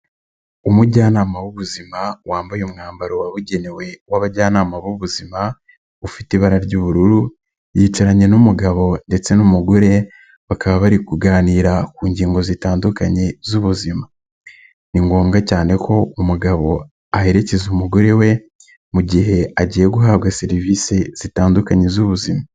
Umujyanama w'ubuzima wambaye umwambaro wabugenewe w'abajyanama b'ubuzima ufite ibara ry'ubururu yicaranye n'umugabo ndetse n'umugore, bakaba bari kuganira ku ngingo zitandukanye z'ubuzima. Ni ngombwa cyane ko umugabo aherekeza umugore we mu gihe agiye guhabwa serivisi zitandukanye z'ubuzima.